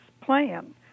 plan